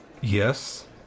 Yes